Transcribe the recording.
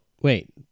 wait